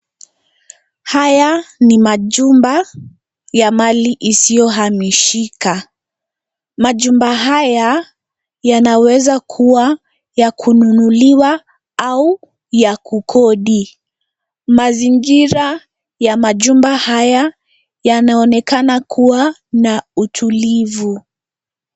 Haya ni majumba ya mali isiyohamishika. Majumba haya yanaweza kuwa ya kununuliwa au ya kukodi. Mazingira ya majumba haya yanaonekana kuwa na utulivu.